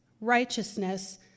righteousness